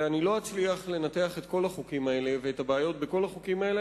ואני לא אצליח לנתח את כל החוקים האלה ואת הבעיות בכל החוקים האלה,